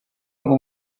ngo